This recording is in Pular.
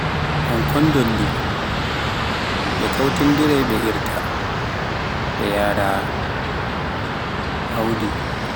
Un kondolli, ɗe kawtindirai ɓe irta ɓe yaara audi nder.